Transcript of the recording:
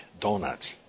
donuts